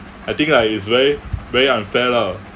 I think like is very very unfair lah